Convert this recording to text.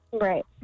Right